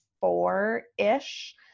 four-ish